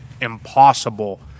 impossible